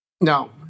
No